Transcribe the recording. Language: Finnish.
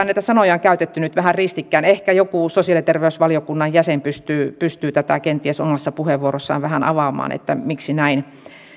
näitä sanoja käytetty vähän ristikkäin ehkä joku sosiaali ja terveysvaliokunnan jäsen pystyy pystyy tätä kenties omassa puheenvuorossaan vähän avaamaan miksi näin